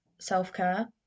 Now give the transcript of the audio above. self-care